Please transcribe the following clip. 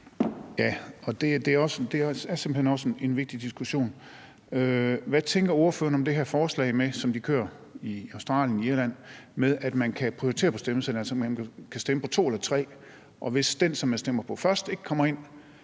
Ja, og det er simpelt hen også en vigtig diskussion. Hvad tænker ordføreren om det forslag, som de kører i Australien og Irland, med, at man kan prioritere på stemmesedlen? Altså at man kan stemme på to eller tre kandidater, og at det, hvis den, som man stemmer på først, ikke kommer ind,